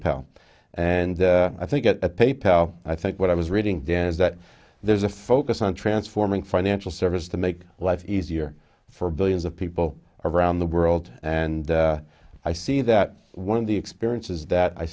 pal and i think at a pay pal i think what i was reading dan is that there's a focus on transforming financial service to make life easier for billions of people around the world and i see that one of the experiences that i